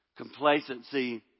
Complacency